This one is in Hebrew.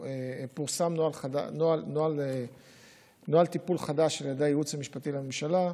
פורסם נוהל טיפול חדש על ידי הייעוץ המשפטי לממשלה,